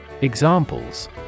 Examples